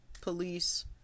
police